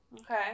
Okay